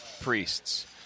priests